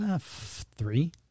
three